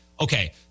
okay